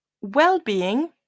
well-being